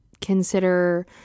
consider